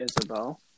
Isabel